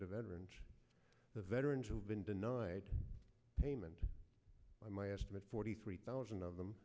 to veterans the veterans who've been denied payment by my estimate forty three thousand of them